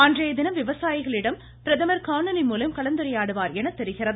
அன்றைய தினம் விவசாயிகளிடம் பிரதமர் காணொலி மூலம் கலந்துரையாடுவார் என தெரிகிறது